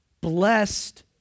blessed